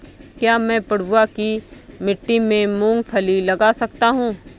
क्या मैं पडुआ की मिट्टी में मूँगफली लगा सकता हूँ?